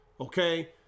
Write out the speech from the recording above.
okay